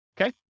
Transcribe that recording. Okay